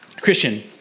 Christian